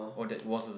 all that was a